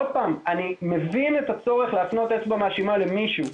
אני מבין את הצורך להפנות אצבע מאשימה למישהו.